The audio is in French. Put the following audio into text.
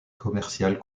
commercial